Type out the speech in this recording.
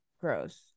gross